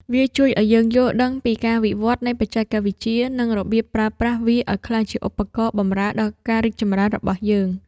វាជួយឱ្យយើងយល់ដឹងពីការវិវឌ្ឍនៃបច្ចេកវិទ្យា និងរបៀបប្រើប្រាស់វាឱ្យក្លាយជាឧបករណ៍បម្រើដល់ការរីកចម្រើនរបស់យើង។